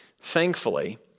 Thankfully